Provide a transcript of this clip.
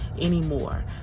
anymore